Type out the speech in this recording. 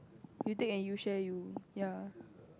you take and you share you ya